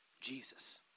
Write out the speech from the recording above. Jesus